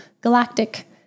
galactic